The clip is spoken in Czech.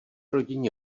rodině